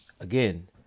Again